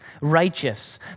Righteous